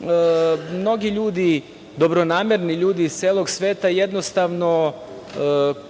ljudi, dobronamerni ljudi iz celog sveta jednostavno